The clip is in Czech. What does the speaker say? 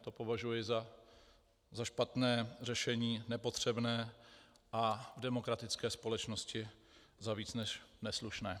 To považuji za špatné řešení, nepotřebné a v demokratické společnosti za víc než neslušné.